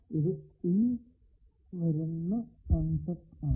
ഇത് ഇനി വരുന്ന കൺസെപ്റ് ആണ്